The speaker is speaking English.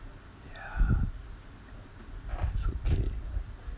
yah it's okay